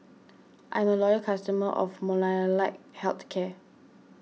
I'm a loyal customer of Molnylcke Health Care